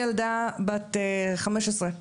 ילדה בת 15,